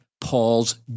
Paul's